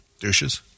Douches